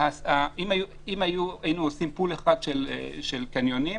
הינו עושים פול אחד של קניונים,